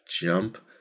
jump